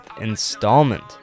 installment